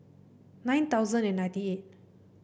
nine thousand and ninety eight